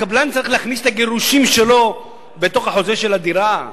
הקבלן צריך להכניס את הגירושין שלו בתוך החוזה של הדירה?